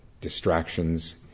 distractions